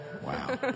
Wow